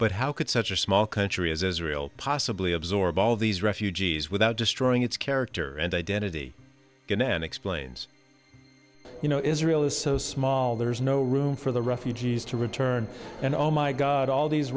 but how could such a small country as israel possibly absorb all these refugees without destroying its character and identity can end explains you know israel is so small there's no room for the refugees to return and oh my god all these